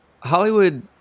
Hollywood